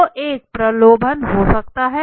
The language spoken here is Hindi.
तो एक प्रलोभन हो सकता है